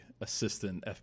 assistant